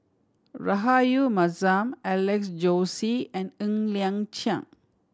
Rahayu Mahzam Alex Josey and Ng Liang Chiang